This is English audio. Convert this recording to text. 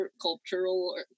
cultural